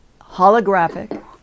holographic